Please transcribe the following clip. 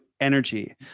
energy